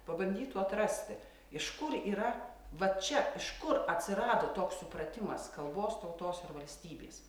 pabandytų atrasti iš kur yra va čia iš kur atsirado toks supratimas kalbos tautos ir valstybės